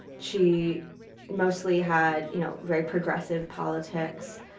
she mostly had you know very progressive politics.